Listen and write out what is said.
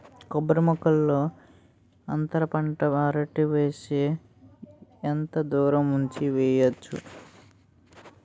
కొబ్బరి మొక్కల్లో అంతర పంట అరటి వేస్తే ఎంత దూరం ఉంచి వెయ్యొచ్చు?